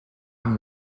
amb